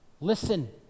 listen